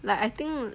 like I think